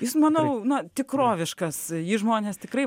jis manau na tikroviškas jį žmonės tikrai